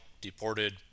deported